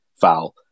foul